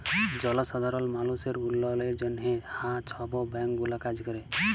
জলসাধারল মালুসের উল্ল্যয়লের জ্যনহে হাঁ ছব ব্যাংক গুলা কাজ ক্যরে